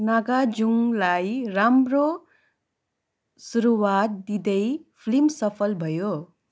नागार्जुनलाई राम्रो सुरुआत दिँदै फिल्म सफल भयो